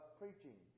preaching